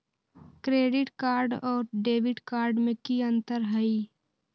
Credit card और debit card में की अंतर हई?